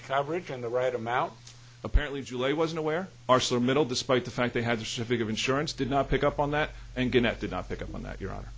coverage and the right amount apparently julie wasn't aware arcelor mittal despite the fact they had to figure insurance did not pick up on that and get that did not pick up on that your hon